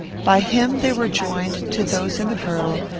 by him they were joined to those in the girdle,